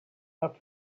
have